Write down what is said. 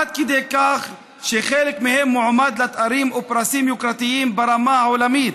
עד כדי כך שחלק מהם מועמד לתארים ולפרסים יוקרתיים ברמה העולמית,